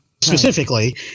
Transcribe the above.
specifically